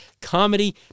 comedy